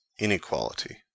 inequality